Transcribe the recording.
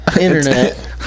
internet